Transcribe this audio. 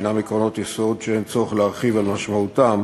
שהם עקרונות יסוד שאין צורך להרחיב על משמעותם